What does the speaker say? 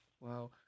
Wow